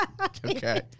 Okay